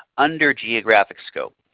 under geographic scope,